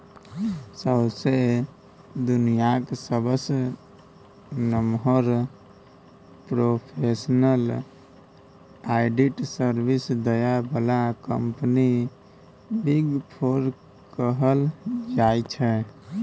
सौंसे दुनियाँक सबसँ नमहर प्रोफेसनल आडिट सर्विस दय बला कंपनी बिग फोर कहल जाइ छै